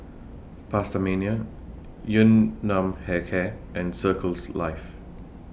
PastaMania Yun Nam Hair Care and Circles Life